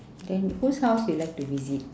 then whose house you like to visit